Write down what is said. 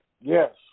Yes